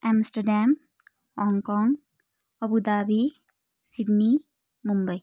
Amsterdam Hong Kong Abu Dhabi Sydney Mumbai